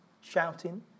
shouting